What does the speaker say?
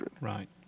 Right